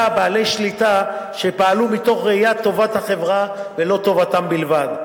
בבעלי שליטה שפעלו מתוך ראיית טובת החברה ולא טובתם בלבד,